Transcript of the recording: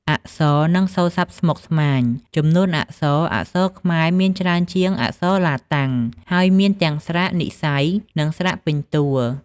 អក្សរ និងសូរស័ព្ទស្មុគស្មាញ ចំនួនអក្សរ អក្សរខ្មែរមានច្រើនជាងអក្សរឡាតាំង ហើយមានទាំងស្រៈនិស្ស័យ និងស្រៈពេញតួ។